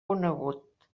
conegut